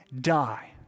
die